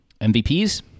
MVPs